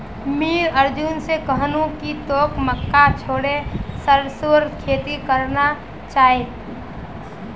मुई अर्जुन स कहनु कि तोक मक्का छोड़े सरसोर खेती करना चाइ